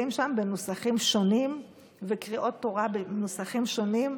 שם בנוסחים שונים וקריאות תורה בנוסחים שונים.